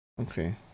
Okay